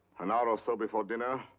an hour or so before dinner,